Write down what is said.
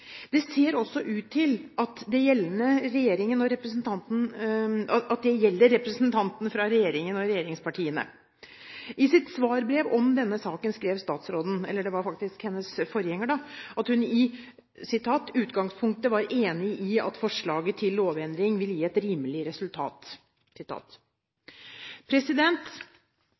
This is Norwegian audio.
Det ser også ut til at det gjelder representantene fra regjeringen og regjeringspartiene. I sitt svarbrev om denne saken, skrev statsråden – eller det var faktisk hennes forgjenger – at: «Jeg er i utgangspunktet enig i at forslaget til lovendring vil gi et rimelig resultat.»